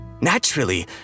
Naturally